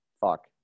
fuck